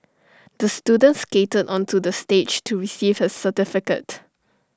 the student skated onto the stage to receive his certificate